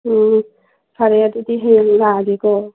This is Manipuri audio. ꯎꯝ ꯐꯔꯦ ꯑꯗꯨꯗꯤ ꯍꯌꯦꯡ ꯂꯥꯛꯑꯒꯦꯀꯣ